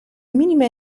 minime